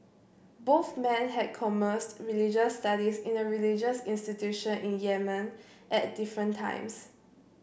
both men had commenced religious studies in a religious institution in Yemen at different times